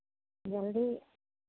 जल्दी